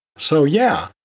so yeah,